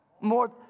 more